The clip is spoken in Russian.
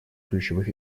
ключевых